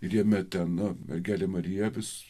ir jame ten nu mergelė marija vis